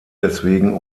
deswegen